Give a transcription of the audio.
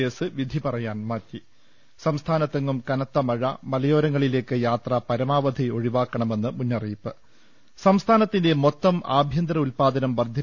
case വിധി പറയാൻ മാറ്റി സംസ്ഥാനത്തെങ്ങും കനത്ത മഴ മലയോരങ്ങളിലേക്ക് യാത്ര പരമാവധി ഒഴിവാക്കണമെന്ന് മുന്നറിയിപ്പ് സംസ്ഥാനത്തിന്റെ മൊത്തം ആഭ്യന്തര ഉത്പാദനം വർധി